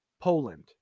Poland